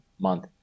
month